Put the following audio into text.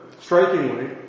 Strikingly